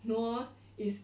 no orh is